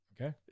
okay